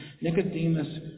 Nicodemus